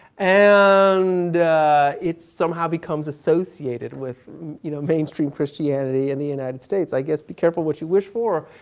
and it somehow becomes associated with you know mainstream christianity in the united states. i guess be careful what you wish for.